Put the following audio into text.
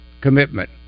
commitment